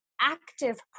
active